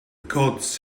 gods